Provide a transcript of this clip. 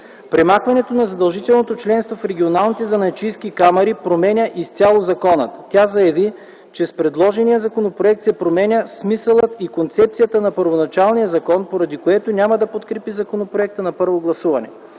Премахването на задължителното членство в регионалните занаятчийски камари променя изцяло закона. Тя заяви, че с предложения законопроект се променя смисълът и концепцията на първоначалния закон, поради което няма да подкрепи законопроекта на първо гласуване.